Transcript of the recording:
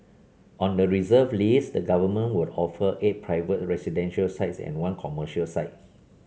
on the reserve list the government will offer eight private residential sites and one commercial site